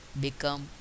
become